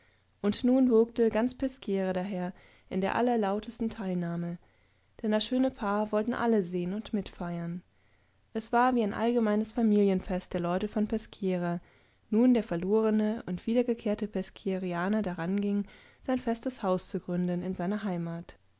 und nun wogte ganz peschiera daher in der allerlautesten teilnahme denn das schöne paar wollten alle sehen und mit feiern es war wie ein allgemeines familienfest der leute von peschiera nun der verlorene und wiedergekehrte peschierianer daranging sein festes haus zu gründen in seiner heimat